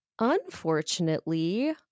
Unfortunately